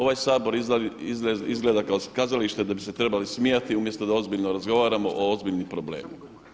Ovaj Sabor izgleda kao kazalište da bi se trebali smijati umjesto da ozbiljno razgovaramo o ozbiljnim problemima.